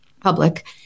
public